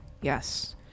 Yes